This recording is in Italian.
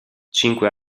cinque